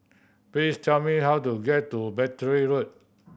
please tell me how to get to Battery Road